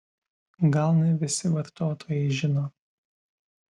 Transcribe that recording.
gal ne visi vartotojai žino